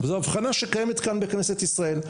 וזו הבחנה שקיימת כאן בכנסת ישראל.